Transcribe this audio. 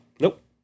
Nope